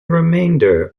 remainder